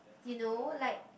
you know like